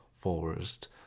forest